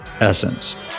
essence